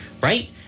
right